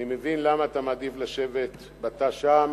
אני מבין למה אתה מעדיף לשבת בתא שם.